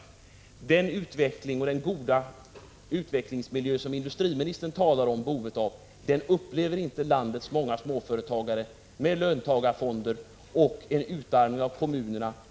Industriministern talar om behovet av en utveckling och av en god utvecklingsmiljö. Men landets många småföretagare upplever det inte på samma sätt i och med löntagarfonderna och den utarmning av kommunerna som sker.